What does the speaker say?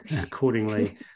accordingly